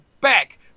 back